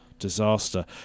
Disaster